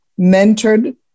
mentored